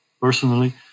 personally